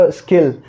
skill